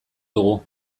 dugu